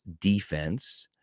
defense